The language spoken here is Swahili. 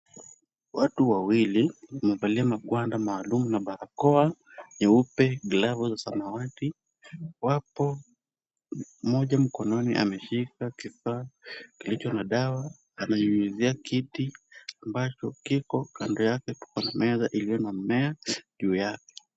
Watu wawili wamevalia magwanda maalum na barakoa nyeupe, glavu za samawati. Wapo, mmoja mkononi ameshika kifaa kilicho na dawa, ananyunyizia kiti ambacho kiko kando yake. Tuko na meza iliyo na mmea juu yake.